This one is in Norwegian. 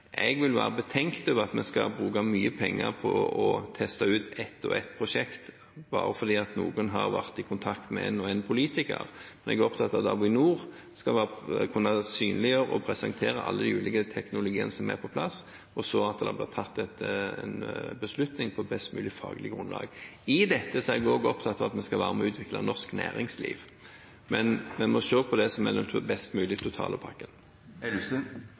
Jeg vil være betenkt over at vi skal bruke mye penger på å teste ut ett og ett prosjekt bare fordi noen har vært i kontakt med en og annen politiker. Jeg er opptatt av at Avinor skal kunne synliggjøre og presentere alle de ulike teknologiene som er på plass, og at det så blir tatt en beslutning på et best mulig faglig grunnlag. I dette er jeg også opptatt av at vi skal være med og utvikle norsk næringsliv, men vi må se på hva som er den best mulige totale